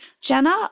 Jenna